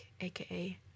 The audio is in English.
aka